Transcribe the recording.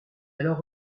alors